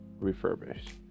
refurbished